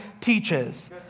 teaches